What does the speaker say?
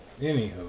Anywho